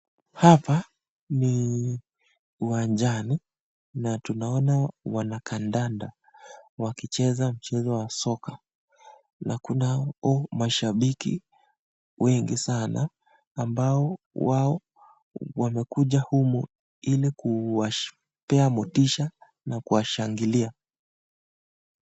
Hapa ni uwanjani na tunaona wanakandanda wakicheza mchezo wa soka na kunao mashabiki wengi sana ambao wao wamekuja humu ili kuwapea motisha na kuwashangilia.